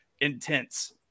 intense